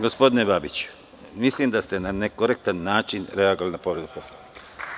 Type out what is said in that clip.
Gospodine Babiću, mislim da ste na nekorektan način reagovali na povredu Poslovnika.